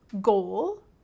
Goal